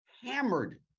hammered